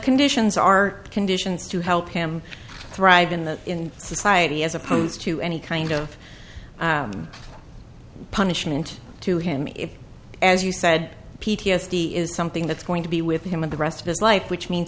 conditions are conditions to help him thrive in the in society as opposed to any kind of punishment to him if as you said p t s d is something that's going to be with him in the rest of his life which means